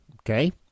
okay